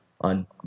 on